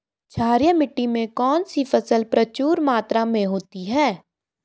क्षारीय मिट्टी में कौन सी फसल प्रचुर मात्रा में होती है?